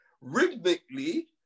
rhythmically